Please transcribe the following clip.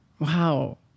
Wow